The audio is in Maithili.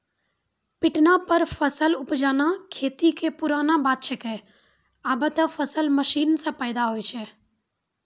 पिटना पर फसल उपजाना खेती कॅ पुरानो बात छैके, आबॅ त फसल मशीन सॅ पैदा होय छै